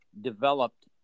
developed